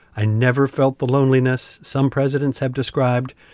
i never felt the loneliness some presidents have described.